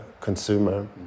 consumer